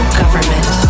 government